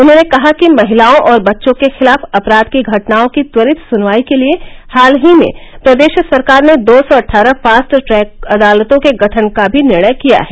उन्होंने कहा कि महिलाओं और बच्चों के खिलाफ अपराध की घटनाओं की त्वरित सुनवाई के लिए हाल ही में प्रदेश सरकार ने दो सौ अट्ठारह फास्ट ट्रैक अदालतों के गठन का भी निर्णय किया है